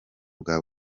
bwa